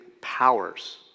powers